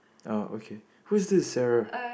ah okay who is this Sarah